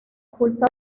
culto